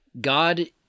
God